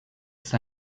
ist